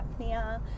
apnea